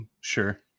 Sure